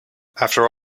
after